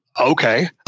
Okay